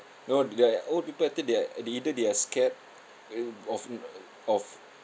no the old people I think they're either they are scared of uh of